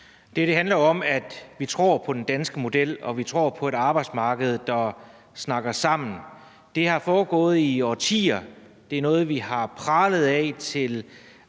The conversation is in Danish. Det her handler om, at vi tror på den danske model, og at vi tror på et arbejdsmarked, der snakker sammen. Det har foregået i årtier. Det er noget, vi har pralet med